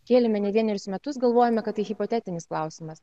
kėlėme ne vienerius metus galvojome kad tai hipotetinis klausimas